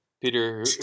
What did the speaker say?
Peter